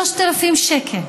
3,000 שקל.